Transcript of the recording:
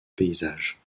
paysage